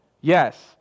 yes